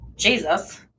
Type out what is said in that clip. jesus